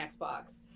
Xbox